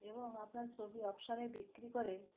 এবং আপনার ছবি অকশানে বিক্রি করে